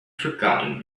forgotten